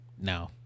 No